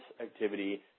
activity